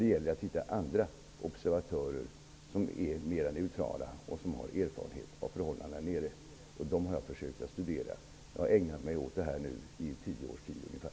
Det gäller att hitta andra observatörer som är mer neutrala och som har erfarenhet av förhållandena där nere. Dessa förhållanden har jag försökt att studera. Jag har ägnat mig åt detta i ungefär tio år.